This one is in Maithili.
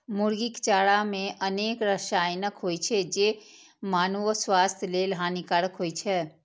मुर्गीक चारा मे अनेक रसायन होइ छै, जे मानवो स्वास्थ्य लेल हानिकारक होइ छै